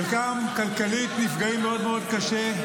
חלקם נפגעים כלכלית מאוד מאוד קשה,